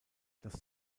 das